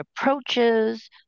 approaches